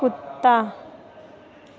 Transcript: कुत्ता